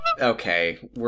Okay